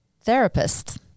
therapist